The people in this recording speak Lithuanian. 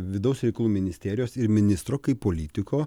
vidaus reikalų ministerijos ir ministro kaip politiko